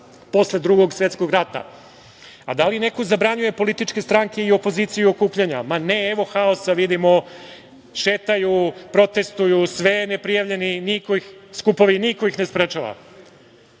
posle Drugog svetskog rata. Da li neko zabranjuje političke stranke i opoziciju i okupljanja? Ne. Evo haosa, vidimo šetaju, protestuju, sve ne prijavljeni skupovi. Niko ih ne sprečava.